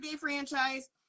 franchise